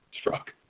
struck